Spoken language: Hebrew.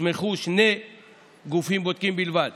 הוסמכו שני גופים בודקים בלבד